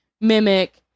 mimic